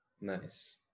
Nice